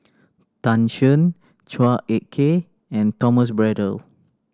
Tan Shen Chua Ek Kay and Thomas Braddell